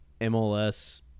MLS